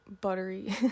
buttery